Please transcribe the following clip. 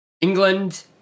England